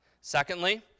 Secondly